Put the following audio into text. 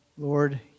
Lord